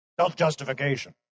self-justification